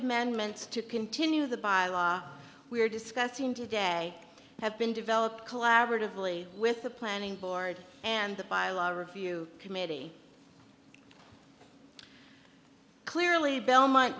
amendments to continue the bylaw we are discussing today have been developed collaboratively with the planning board and the review committee clearly belmont